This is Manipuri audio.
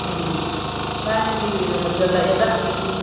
ꯎꯝ ꯊꯥꯏꯅꯒꯤ ꯍꯟꯖꯜꯂꯛꯑꯦꯗ ꯍꯧꯖꯤꯛꯁꯦ